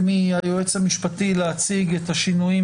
מהיועץ המשפטי להציג את השינויים,